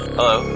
Hello